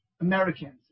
Americans